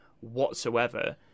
whatsoever